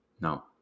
No